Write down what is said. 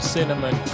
Cinnamon